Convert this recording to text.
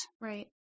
Right